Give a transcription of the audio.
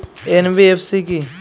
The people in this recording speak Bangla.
এন.বি.এফ.সি কী?